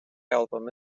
album